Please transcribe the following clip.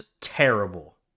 terrible